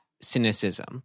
cynicism